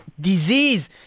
disease